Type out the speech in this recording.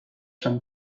from